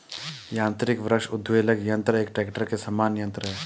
यान्त्रिक वृक्ष उद्वेलक यन्त्र एक ट्रेक्टर के समान यन्त्र है